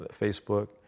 Facebook